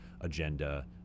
agenda